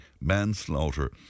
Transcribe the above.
manslaughter